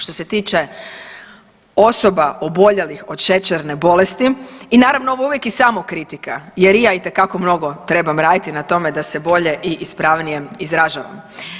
Što se tiče osoba oboljelih od šećerne bolesti i naravno ovo je uvijek i samokritika, jer i ja itekako mnogo trebam raditi da tome da se bolje i ispravnije izražavam.